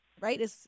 right